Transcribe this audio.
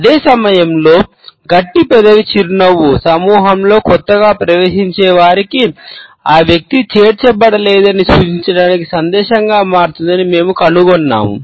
అదే సమయంలో గట్టి పెదవి చిరునవ్వు సమూహంలో కొత్తగా ప్రవేశించేవారికి ఆ వ్యక్తి చేర్చబడలేదని సూచించడానికి సందేశంగా మారుతుందని మేము కనుగొన్నాము